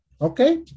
okay